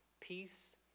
peace